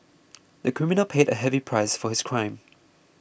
the criminal paid a heavy price for his crime